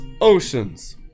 oceans